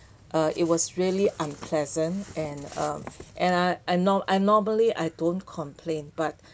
uh it was really unpleasant and um and I I norm~ I normally I don't complain but